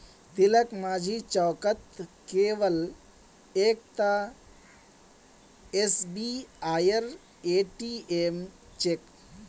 तिलकमाझी चौकत केवल एकता एसबीआईर ए.टी.एम छेक